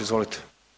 Izvolite.